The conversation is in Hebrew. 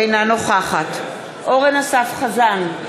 אינה נוכחת אורן אסף חזן,